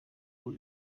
nur